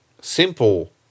simple